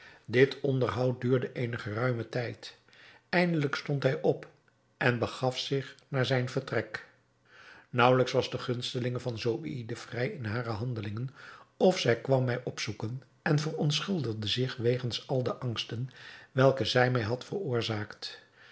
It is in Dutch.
dit onderhoud duurde eenen geruimen tijd eindelijk stond hij op en begaf zich naar zijn vertrek naauwelijks was de gunstelinge van zobeïde vrij in hare handelingen of zij kwam mij opzoeken en verontschuldigde zich wegens al de angsten welke zij mij had veroorzaakt